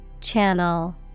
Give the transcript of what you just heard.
Channel